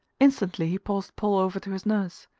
instantly he passed paul over to his nurse,